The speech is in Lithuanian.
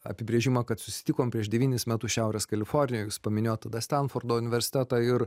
apibrėžimą kad susitikom prieš devynis metus šiaurės kalifornijoj jūs paminėjot tada stenfordo universitetą ir